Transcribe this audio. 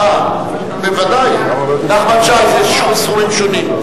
33 בעד, 53 נגד, אין נמנעים.